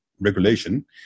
regulation